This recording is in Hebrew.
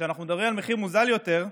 וכשאנחנו מדברים על מחיר מוזל יותר,